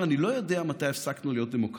הוא אמר: אני לא יודע מתי הפסקנו להיות דמוקרטיה.